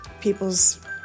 people's